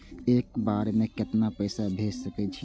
एक बार में केतना पैसा भेज सके छी?